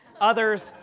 Others